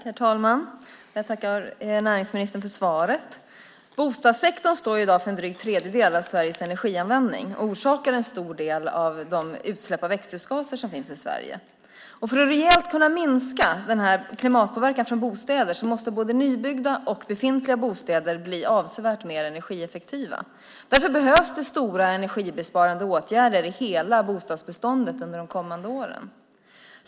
Herr talman! Jag tackar näringsministern för svaret. Bostadssektorn står i dag för en dryg tredjedel av Sveriges energianvändning och orsakar en stor del av de utsläpp av växthusgaser som finns i Sverige. För att rejält kunna minska denna klimatpåverkan från bostäder måste både nybyggda och redan befintliga bostäder bli avsevärt mer energieffektiva. Därför behövs under de kommande åren stora energibesparande åtgärder i hela bostadsbeståndet.